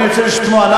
אני רוצה לשמוע,